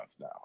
now